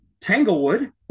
Tanglewood